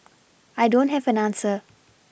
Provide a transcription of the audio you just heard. I don't have an answer